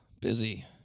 busy